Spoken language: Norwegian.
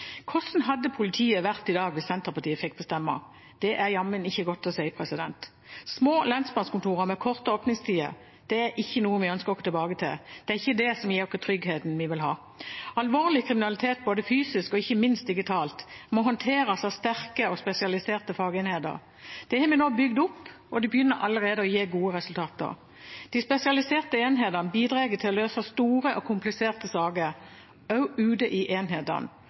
Hvordan hadde politiet vært i dag hvis Senterpartiet fikk bestemme? Det er jammen ikke godt å si. Små lensmannskontorer med korte åpningstider er ikke noe vi ønsker oss tilbake til. Det er ikke det som gir oss den tryggheten vi vil ha. Alvorlig kriminalitet, både fysisk og ikke minst digitalt, må håndteres av sterke og spesialiserte fagenheter. Det har vi nå bygd opp, og det begynner allerede å gi gode resultater. De spesialiserte enhetene bidrar til å løse store og kompliserte saker, også ute i enhetene.